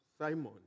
Simon